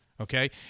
Okay